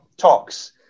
talks